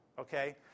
okay